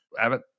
Abbott